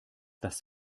das